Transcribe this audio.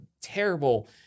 terrible